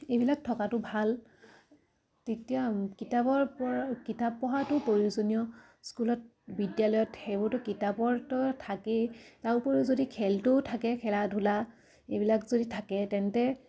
এইবিলাক থকাটো ভাল তেতিয়া কিতাপৰ পৰা কিতাপ পঢ়াতো প্ৰয়োজনীয় স্কুলত বিদ্যালয়ত সেইবোৰতো কিতাপৰ তো থাকেই তাৰ উপৰিও যদি খেলটোও থাকে খেলা ধূলা এইবিলাক যদি থাকে তেন্তে